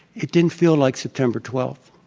it didn't feel like september twelfth.